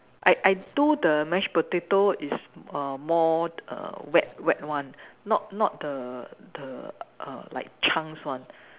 I I do the mashed potato is err more err wet wet one not not the the err like chunks one